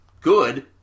good